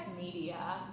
media